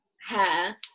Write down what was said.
hair